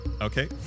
Okay